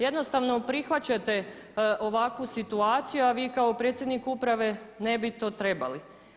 Jednostavno prihvaćate ovakvu situaciju, a vi kao predsjednik Uprave ne bi to trebali.